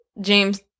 James